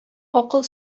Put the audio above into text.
акыл